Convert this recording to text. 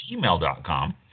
gmail.com